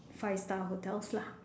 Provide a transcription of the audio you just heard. five star hotels lah